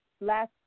Last